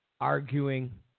arguing